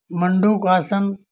मंडूक आसन